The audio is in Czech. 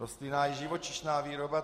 Rostlinná i živočišná výroba.